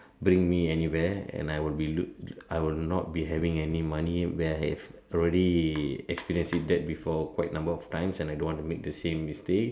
bring me anywhere and I will be I will not be having any money where I have already experienced it that before quite number of times and I don't want to make the same mistake